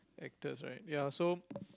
actors right ya so